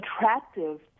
attractive